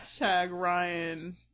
Ryan